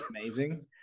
Amazing